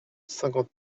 cinquante